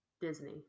Disney